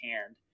hand